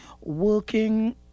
working